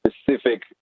specific